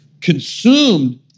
consumed